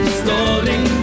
stalling